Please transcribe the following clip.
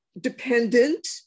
dependent